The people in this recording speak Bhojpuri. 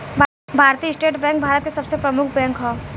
भारतीय स्टेट बैंक भारत के सबसे प्रमुख बैंक ह